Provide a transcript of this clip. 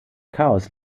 chaos